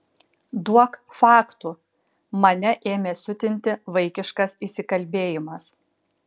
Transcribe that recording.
duok faktų mane ėmė siutinti vaikiškas įsikalbėjimas